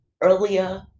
earlier